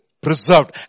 preserved